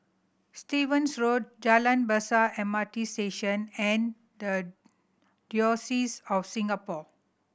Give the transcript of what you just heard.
Stevens Road Jalan Besar M R T Station and The Diocese of Singapore